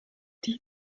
die